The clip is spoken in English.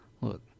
Look